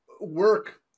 work